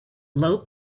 low